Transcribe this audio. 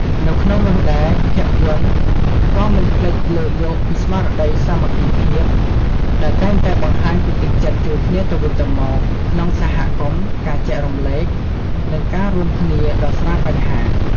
នៅក្នុងនោះដែរ ភាពយន្តក៏មិនភ្លេចលើកយកពីស្មារតីសាមគ្គីភាព ដែលតែងតែបង្ហាញពីទឹកចិត្តជួយគ្នាទៅវិញទៅមកក្នុងសហគមន៍ ការចែករំលែក និងការរួមគ្នាដោះស្រាយបញ្ហា ។